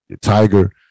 Tiger